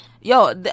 Yo